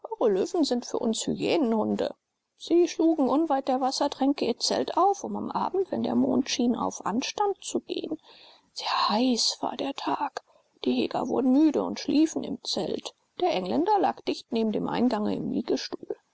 löwen sind für uns hyänenhunde sie schlugen unweit der wassertränke ihr zelt auf um am abend wenn der mond schien auf anstand zu gehen sehr heiß war der tag die jäger wurden müde und schliefen im zelt der engländer lag dicht neben dem eingang im liegestuhl